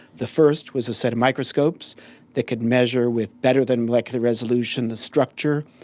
the first was a set of microscopes that could measure with better than molecular resolution the structure,